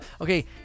Okay